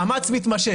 מאמץ מתמשך.